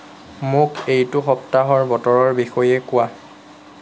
মোক এইটো সপ্তাহৰ বতৰৰ বিষয়ে কোৱা